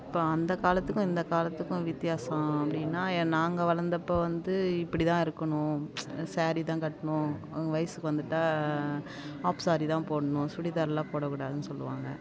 இப்போ அந்த காலத்துக்கும் இந்த காலத்துக்கும் வித்தியாசம் அப்படின்னா நாங்கள் வளர்ந்தப்ப வந்து இப்படி தான் இருக்கணும் சாரி தான் கட்டணும் வயதுக்கு வந்துட்டால் ஹாஃப் சாரி தான் போடணும் சுடிதார்லாம் போடக்கூடாதுன்னு சொல்வாங்க